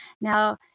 Now